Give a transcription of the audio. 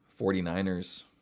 49ers